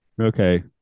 Okay